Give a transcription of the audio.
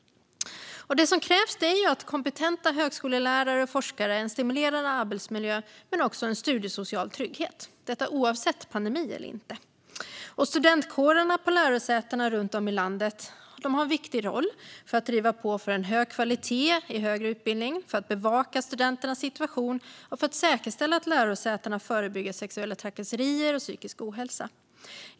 Det som krävs är kompetenta högskolelärare och forskare och en stimulerande arbetsmiljö men också studiesocial trygghet, oavsett pandemi eller inte. Studentkårerna på lärosätena runt om i landet har en viktig roll för att driva på för en hög kvalitet i högre utbildning, bevaka studenternas situation och säkerställa att lärosätena förebygger sexuella trakasserier och psykisk ohälsa.